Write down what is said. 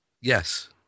yes